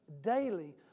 daily